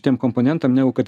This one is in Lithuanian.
tiem komponentam negu kad